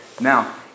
now